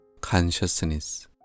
Consciousness